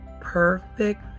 Perfect